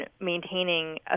maintaining